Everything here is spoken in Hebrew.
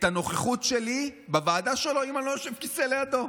הנוכחות שלי בוועדה שלו אם אני לא יושב בכיסא שלידו.